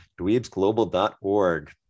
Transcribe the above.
dweebsglobal.org